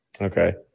Okay